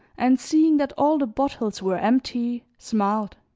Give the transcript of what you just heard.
and seeing that all the bottles were empty, smiled.